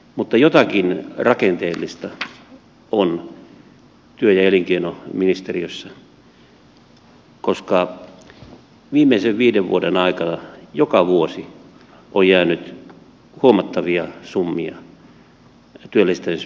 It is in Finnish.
mutta jotakin rakenteellista ongelmaa on työ ja elinkeinoministeriössä koska viimeisen viiden vuoden aikana joka vuosi on jäänyt huomattavia summia työllistämismäärärahoja käyttämättä